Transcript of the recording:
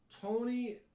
Tony